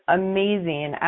amazing